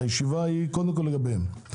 הישיבה היא קודם כל לגביהם.